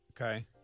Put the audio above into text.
Okay